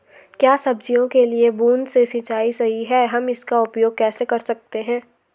क्या सब्जियों के लिए बूँद से सिंचाई सही है हम इसका उपयोग कैसे कर सकते हैं?